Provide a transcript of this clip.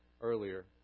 earlier